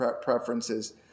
preferences